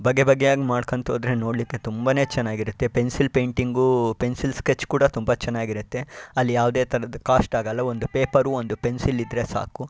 ಬಗೆ ಬಗೆಯಂಗೆ ಮಾಡ್ಕಂತ ಹೋದರೆ ನೋಡಲಿಕ್ಕೆ ತುಂಬಾ ಚೆನ್ನಾಗಿರುತ್ತೆ ಪೆನ್ಸಿಲ್ ಪೇಂಟಿಂಗು ಪೆನ್ಸಿಲ್ ಸ್ಕೆಚ್ ಕೂಡ ತುಂಬ ಚೆನ್ನಾಗಿರುತ್ತೆ ಅಲ್ಲಿ ಯಾವುದೇ ಥರದ ಕಾಸ್ಟ್ ಆಗಲ್ಲ ಒಂದು ಪೇಪರು ಒಂದು ಪೆನ್ಸಿಲ್ ಇದ್ದರೆ ಸಾಕು